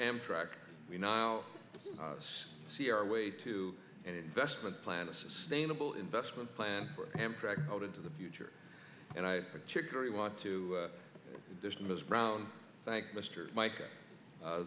amtrak we now see our way to an investment plan a sustainable investment plan for amtrak out into the future and i particularly want to dismiss brown thank mr mike